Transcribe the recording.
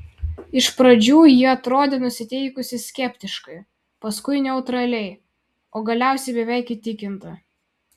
iš pradžių ji atrodė nusiteikusi skeptiškai paskui neutraliai o galiausiai beveik įtikinta